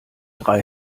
drei